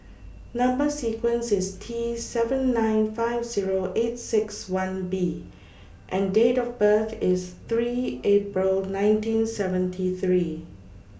Number sequence IS T seven nine five Zero eight six one B and Date of birth IS three April nineteen seventy three